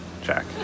Jack